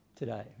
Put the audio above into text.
today